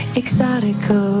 exotico